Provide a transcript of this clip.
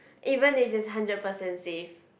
even if it's hundred percent safe